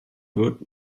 wird